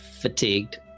fatigued